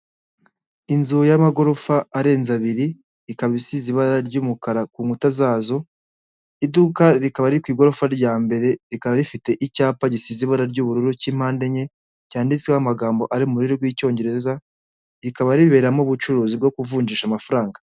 Inzu y'amagorofa arenze abiri, ikaba isize ibara ry'umukara ku nkuta zazo, iduka rikaba riri ku igorofa rya mbere rikaba rifite icyapa gisize ibara ry'ubururu cy'impande enye, cyanditseho amagambo ari mu rurimi rw'icyongereza, rikaba riberamo ubucuruzi bwo kuvunjisha amafaranga.